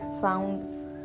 found